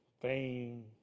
fame